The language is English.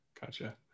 Gotcha